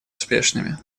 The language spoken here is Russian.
успешными